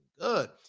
good